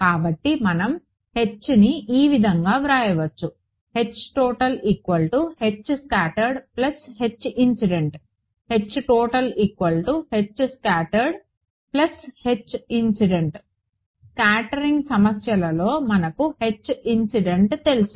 కాబట్టి మనం Hని ఈ విధంగా వ్రాయవచ్చు స్కాటరింగ్ సమస్యలలో మనకుతెలుసు